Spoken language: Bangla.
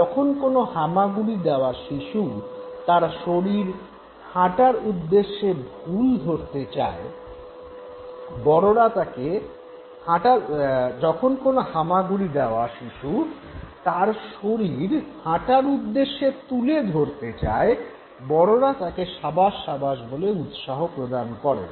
যখন কোনো হামাগুড়ি দেওয়া শিশু তার শরীর হাঁটার উদ্দেশ্যে তুলে ধরতে চায় বড়রা তাকে সাবাস সাবাস বলে উৎসাহ প্রদান করেন